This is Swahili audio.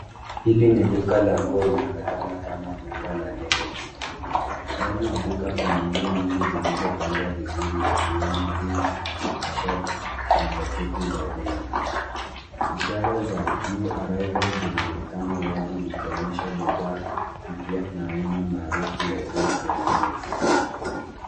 Hili ni duka la nguo linaonekana kama duka la Levis. Ndani ya duka kuna nguo nyingi zilizopangwa vizuri ikiwemo jeans , mashati na jaketi za denim . Ishara za new arrivals zinaonekana wazi zikionyesha bidhaa mpya na aina maarufu ya jeans ya Levis.